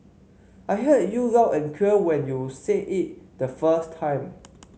I heard you loud and clear when you said it the first time